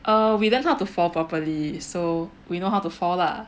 err we learnt how to fall properly so we know how to fall lah